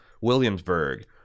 Williamsburg